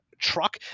truck